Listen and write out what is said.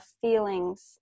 feelings